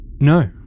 No